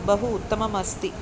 बहु उत्तमम् अस्ति